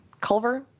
Culver